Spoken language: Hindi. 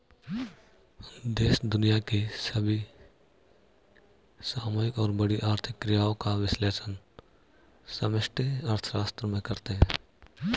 देश दुनिया की सभी सामूहिक और बड़ी आर्थिक क्रियाओं का विश्लेषण समष्टि अर्थशास्त्र में करते हैं